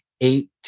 eight